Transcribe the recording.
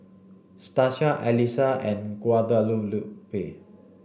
Stasia Allison and Guadalupe